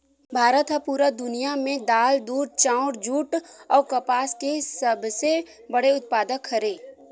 भारत हा पूरा दुनिया में दाल, दूध, चाउर, जुट अउ कपास के सबसे बड़े उत्पादक हरे